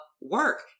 work